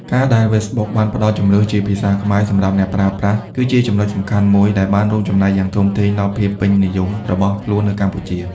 ការដែល Facebook បានផ្តល់ជម្រើសជា ភាសាខ្មែរ សម្រាប់អ្នកប្រើប្រាស់ គឺជាចំណុចសំខាន់មួយដែលបានរួមចំណែកយ៉ាងធំធេងដល់ភាពពេញនិយមរបស់ខ្លួននៅកម្ពុជា។